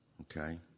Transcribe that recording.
Okay